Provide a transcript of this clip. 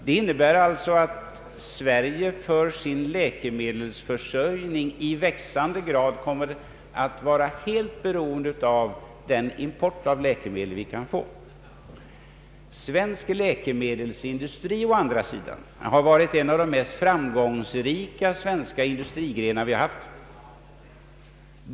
Det innebär alltså att Sverige för sin läkemedelsförsörjning i växande grad kommer att bli beroende av den import av läkemedel vi kan få. Svensk läkemedelsindustri å andra sidan har varit en av de mest framgångsrika svenska industrigrenarna.